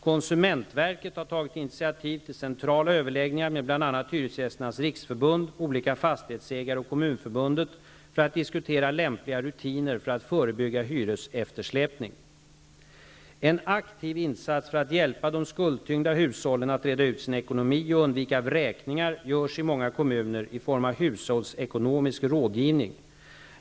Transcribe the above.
Konsumentverket har tagit initativ till centrala överläggningar med bl.a. Hyresgästernas riksförbund, olika fastighetsägare och Kommunförbundet för att diskutera lämpliga rutiner för att förebygga hyreseftersläpning. En aktiv insats för att hjälpa de skuldtyngda hushållen att reda ut sin ekonomi och undvika vräkningar görs i många kommuner i form av hushållsekonomisk rådgivning.